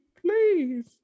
please